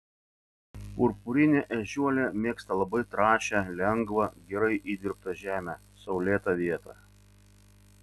purpurinė ežiuolė mėgsta labai trąšią lengvą gerai įdirbtą žemę saulėtą vietą